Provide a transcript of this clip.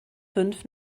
fünf